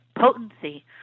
potency